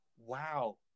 wow